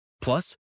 Plus